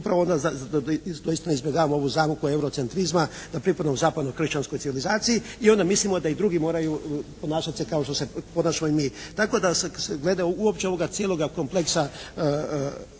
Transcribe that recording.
upravo onda da doista izbjegavamo ovu … oko eurocentrizma da pripadamo zapadnoj kršćanskoj civilizaciji i onda mislimo da i drugi moraju ponašati se kao što se ponašamo i mi. Tako da glede uopće ovoga cijeloga kompleksa